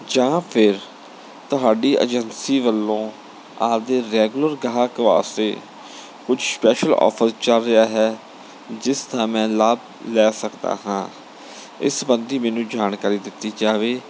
ਜਾਂ ਫਿਰ ਤੁਹਾਡੀ ਏਜੰਸੀ ਵੱਲੋਂ ਆਪਣੇ ਰੈਗੂਲਰ ਗ੍ਰਾਹਕ ਵਾਸਤੇ ਕੁਛ ਸਪੈਸ਼ਲ ਔਫਰ ਚੱਲ ਰਿਹਾ ਹੈ ਜਿਸ ਦਾ ਮੈਂ ਲਾਭ ਲੈ ਸਕਦਾ ਹਾਂ ਇਸ ਸਬੰਧੀ ਮੈਨੂੰ ਜਾਣਕਾਰੀ ਦਿੱਤੀ ਜਾਵੇ